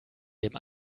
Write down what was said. dem